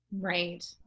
Right